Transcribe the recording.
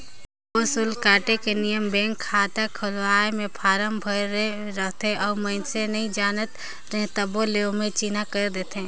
सब्बो सुल्क काटे के नियम बेंक के खाता खोलवाए के फारम मे रहथे और मइसने मन नइ जानत रहें तभो ले ओम्हे चिन्हा कर देथे